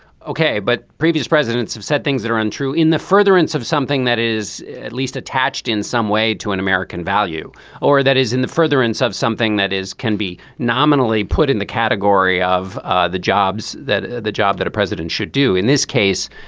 ok. but previous presidents have said things that are untrue in the furtherance of something that is at least attached in some way to an american value or that is in the furtherance of something that is can be nominally put in the category of ah the jobs that the job that a president should do in this case.